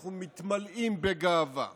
אנחנו מתמלאים בגאווה רבה.